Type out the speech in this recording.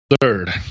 third